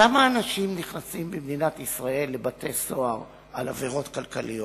כמה אנשים נכנסים במדינת ישראל לבתי-סוהר על עבירות כלכליות?